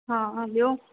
हा ॿियो